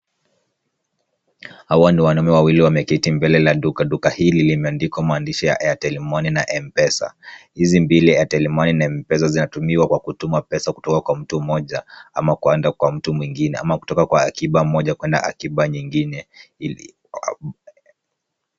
Hawa ni wanaume wawili wameketi mbele la duka. Duka hili imeandikwa maandishi ya Airtel Money na M-Pesa. Hizi mbili Airtel Money na M-Pesa zinatumiwa kwa kutuma pesa kutoka kwa mtu mmoja ama kuenda kwa mtu mwingine ama kutoka kwa akiba moja kuenda kwa akiba nyingine.